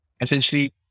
essentially